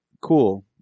cool